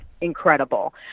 incredible